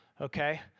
Okay